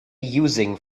using